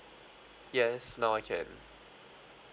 yes now I can